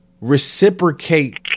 reciprocate